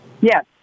Yes